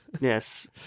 Yes